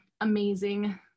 amazing